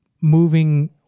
moving